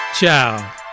ciao